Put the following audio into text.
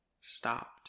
stopped